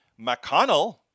McConnell